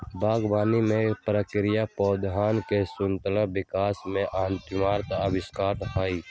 बागवानी के प्रक्रिया पौधवन के संतुलित विकास ला अत्यंत आवश्यक हई